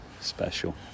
special